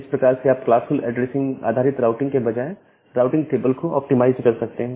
इस प्रकार से आप क्लासफुल ऐड्रेसिंग आधारित राउटिंग के बजाय राउटिंग टेबल को ऑप्टिमाइज कर सकते हैं